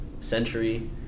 century